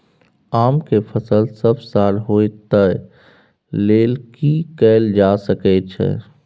आम के फसल सब साल होय तै लेल की कैल जा सकै छै?